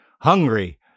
hungry